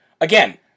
again